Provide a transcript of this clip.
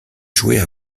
jouer